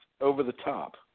over-the-top